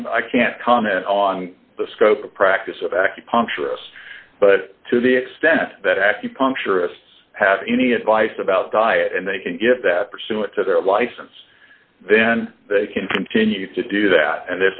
know i can't comment on the scope of practice of acupuncturists but to the extent that acupuncturists have any advice about diet and they can get that pursuant to their license then they can continue to do that and